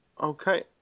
Okay